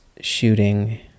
shooting